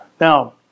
Now